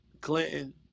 Clinton